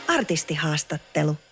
Artistihaastattelu